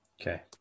Okay